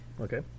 okay